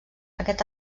aquest